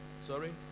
Sorry